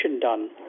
done